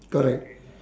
correct